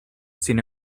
sin